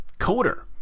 coder